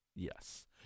Yes